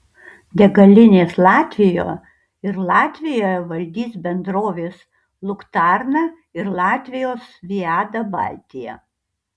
degalinės latvijoje ir latvijoje valdys bendrovės luktarna ir latvijos viada baltija